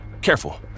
Careful